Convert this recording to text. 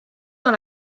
dans